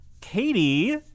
Katie